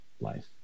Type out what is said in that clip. life